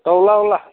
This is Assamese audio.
তই ওলা ওলা